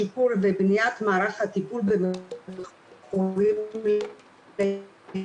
שיפור ובניית מערך הטיפול במכורים להימורים,